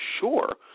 sure